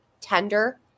tender